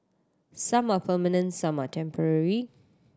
some are permanent some are temporary